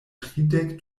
tridek